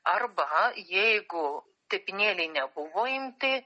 arba jeigu tepinėliai nebuvo imti